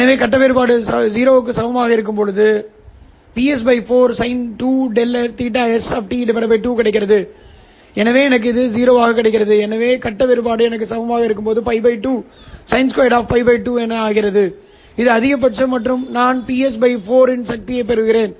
எனவே கட்ட வேறுபாடு 0 க்கு சமமாக இருக்கும்போது எனக்கு Ps 4 sin2∆θs 2 கிடைக்கிறது எனவே எனக்கு 0 கிடைக்கிறது எனவே கட்ட வேறுபாடு எனக்கு சமமாக இருக்கும்போது π 2sin2of π2 பெறுகிறது இது அதிகபட்சம் மற்றும் நான் Ps 4 இன் சக்தியைப் பெறுங்கள்